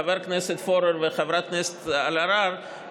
חבר הכנסת פורר וחברת הכנסת אלהרר,